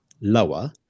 lower